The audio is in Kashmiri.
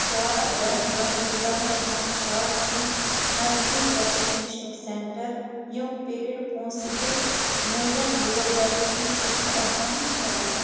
کیٛاہ دھن بن ضِلعس مَنٛز چھا کیٚنٛہہ نزدیٖک ویٚکسِنیشنُک سیٚنٹر یِم پیڈ پونٛسہٕ دِتھ میلَن وول ویٚکسیٖن چھِ فراہم کران